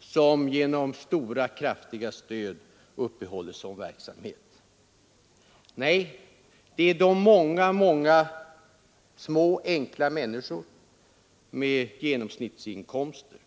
som genom kraftiga stöd uppehåller sådan verksamhet? Nej, det är de många många små enkla människorna med genomsnittsinkomster.